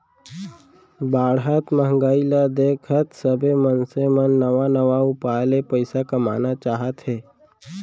बाढ़त महंगाई ल देखत सबे मनसे मन नवा नवा उपाय ले पइसा कमाना चाहथे